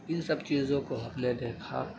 ان سب چیزوں کو ہم نے دیکھا